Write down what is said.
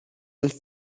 and